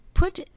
Put